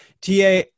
TA